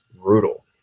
brutal